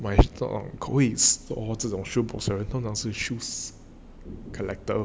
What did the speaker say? my thought on 这种 shoebox 的人通常是 shoes collector